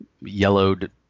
yellowed